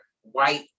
white